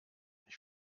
ich